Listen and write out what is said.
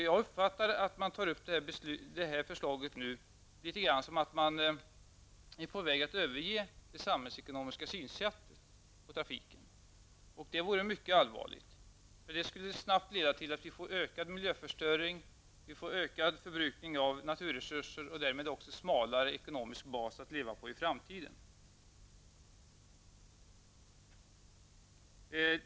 Jag uppfattar att man tar upp förslaget nu såsom som att regeringen är på väg att överge det samhällsekonomiska synsättet på trafiken. Det vore mycket allvarligt. Det skulle snabbt leda till att vi får ökad miljöförstöring, ökad förbrukning av naturresurser och därmed också smalare ekonomisk bas att leva på i framtiden.